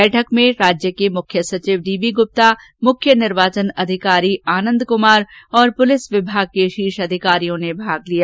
बैठक में राज्य के मुख्य सचिव डीबीगुप्ता मुख्य निर्वाचन अधिकारी आनन्द कुमार तथा पुलिस विभाग के शीर्ष अधिकारियों ने भाग लिया